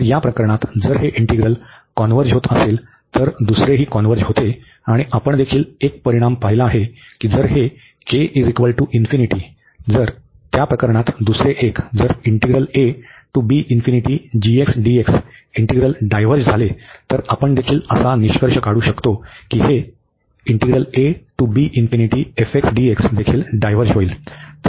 तर त्या प्रकरणात जर हे इंटीग्रल कॉन्व्हर्ज होत असेल तर दुसरेही कॉन्व्हर्ज होते आणि आपण देखील एक परिणाम पाहीला आहे की जर हे जर त्या प्रकरणात दुसरे एक जर इंटीग्रल डायव्हर्ज झाले तर आपण देखील असा निष्कर्ष काढू शकतो की हे देखील डायव्हर्ज होईल